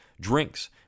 drinks